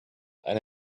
eine